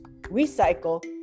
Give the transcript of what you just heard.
recycle